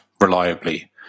reliably